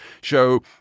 show